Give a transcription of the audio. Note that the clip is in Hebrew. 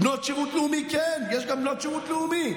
בנות שירות לאומי, כן, יש גם בנות שירות לאומי.